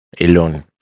alone